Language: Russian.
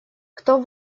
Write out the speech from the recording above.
кто